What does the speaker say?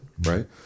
right